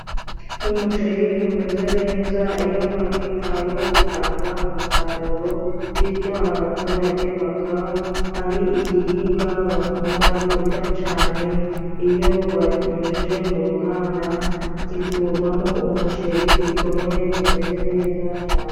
Umuceri gumeze neza, iyo bagwitayeho gutanga umusaruro, bityo abaturage bakaba ari igihingwa bakunda kurya cane, iyo bakinyujije mu ruganda, gikurwamo umuceri gutonoye gumeze neza cane.